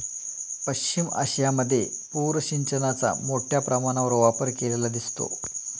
पश्चिम आशियामध्ये पूर सिंचनाचा मोठ्या प्रमाणावर वापर केलेला दिसतो